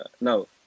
no